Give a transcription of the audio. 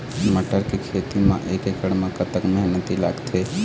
मटर के खेती म एक एकड़ म कतक मेहनती लागथे?